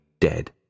dead